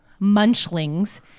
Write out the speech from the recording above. munchlings